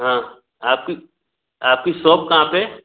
हाँ आपकी आपकी सॉप कहाँ पर है